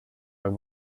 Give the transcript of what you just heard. are